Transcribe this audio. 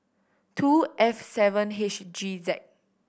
two F seven H G Z